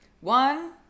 One